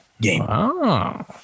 game